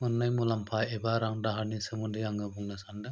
मोन्नाय मुलाम्फा एबा रां दाहारनि सोमोन्दै आङो बुंनो सानदों